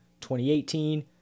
2018